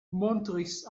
montris